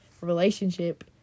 relationship